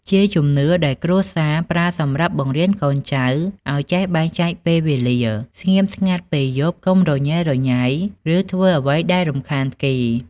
ជាជំនឿដែលគ្រួសារប្រើសម្រាប់បង្រៀនកូនចៅឲ្យចេះបែងចែកពេលវេលា ស្ងៀមស្ងាត់ពេលយប់ កុំរញ៉េរញ៉ៃ ឬធ្វើអ្វីដែលរំខានគេ។